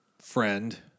friend